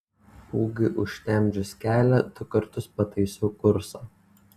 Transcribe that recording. pūgai užtemdžius kelią du kartus pataisau kursą